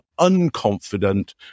unconfident